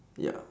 ya